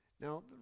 Now